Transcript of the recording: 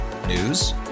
News